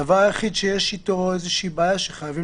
הדבר היחיד שיש איתו איזושהי בעיה שחייבים